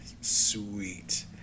Sweet